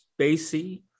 spacey